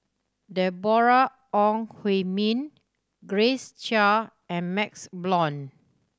Deborah Ong Hui Min Grace Chia and MaxLe Blond